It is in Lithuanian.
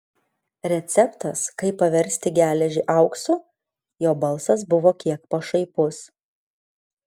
receptas kaip paversti geležį auksu jo balsas buvo kiek pašaipus